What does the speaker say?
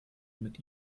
mit